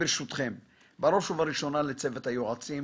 אני בראש וראשונה רוצה להודות לצוות היועצים